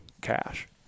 cash